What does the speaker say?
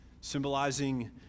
symbolizing